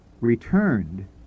returned